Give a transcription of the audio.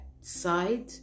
side